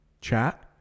chat